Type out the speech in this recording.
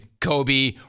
Kobe